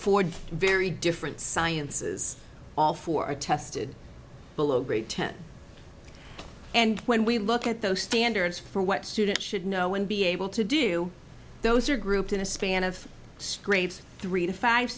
forward very different sciences all four are tested below grade ten and when we look at those standards for what students should know and be able to do those are grouped in a span of scrapes three to five